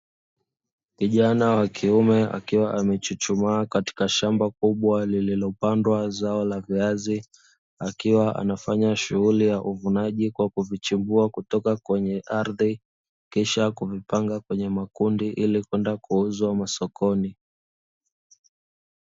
Kijana wa kiume akiwa amechuchumaa katika shamba kubwa lililopandwa zao la viazi akiwa anafanya shughuli ya uvunaji kwa kuvichimbua kutoka kwenye ardhi, kisha kuvipanga kwenye makundi ili kwenda kuuzwa masokoni.